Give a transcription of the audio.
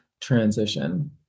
transition